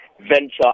venture